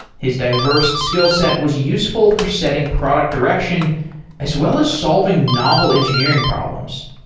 his diverse skillset was useful for setting product direction as well as solving novel engineering problems.